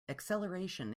acceleration